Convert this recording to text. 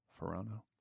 Ferrano